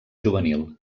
juvenil